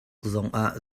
zongah